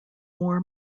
war